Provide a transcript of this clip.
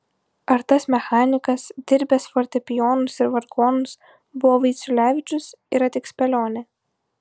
ar tas mechanikas dirbęs fortepijonus ir vargonus buvo vaiciulevičius yra tik spėlionė